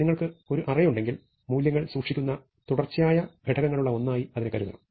നിങ്ങൾക്ക് ഒരു അറേ ഉണ്ടെങ്കിൽ മൂല്യങ്ങൾ സൂക്ഷിക്കുന്ന തുടർച്ചയായ ഘടകങ്ങളുള്ള ഒന്നായി അതിനെ കരുതണം